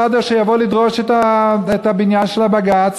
באדר שיבוא לדרוש את הבניין של הבג"ץ?